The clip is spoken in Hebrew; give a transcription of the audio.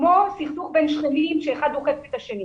כמו סכסוך בין שכנים שאחד דוחף את השני.